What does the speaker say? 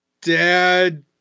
Dad